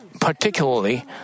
Particularly